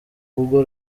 hugo